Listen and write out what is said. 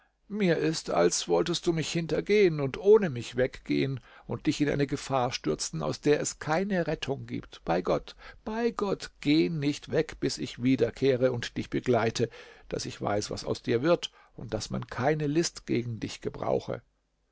mir ist als wolltest du mich hintergehen und ohne mich weggehen und dich in eine gefahr stürzen aus der es keine rettung gibt bei gott bei gott geh nicht weg bis ich wiederkehre und dich begleite daß ich weiß was aus dir wird und daß man keine list gegen dich gebrauche